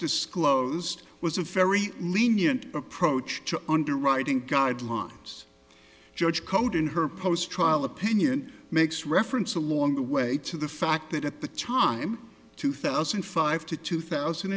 owes was a very lenient approach to underwriting guidelines judge code in her post trial opinion makes reference along the way to the fact that at the time two thousand and five to two thousand